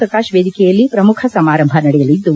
ಪ್ರಕಾಶ್ ವೇದಿಕೆಯಲ್ಲಿ ಪ್ರಮುಖ ಸಮಾರಂಭ ನಡೆಯಲಿದ್ದು